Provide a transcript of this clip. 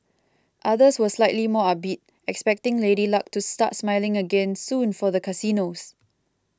others were slightly more upbeat expecting Lady Luck to start smiling again soon for the casinos